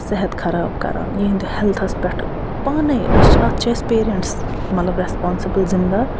صحت خراب کران یِہِند ہٮ۪لتھَس پٮ۪ٹھ پانَے اَتھ چھِ أسۍ پٮ۪رٮ۪نٹٔس تہِ مطلب رٮ۪سپانسِبٔل مطلب زِمِدار